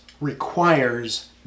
requires